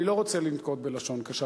אני לא רוצה לנקוט לשון קשה,